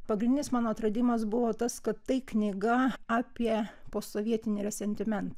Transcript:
pagrindinis mano atradimas buvo tas kad tai knyga apie posovietinį resentimentą